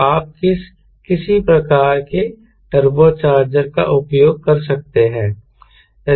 तो आप किसी प्रकार के टर्बो चार्जर का उपयोग कर सकते हैं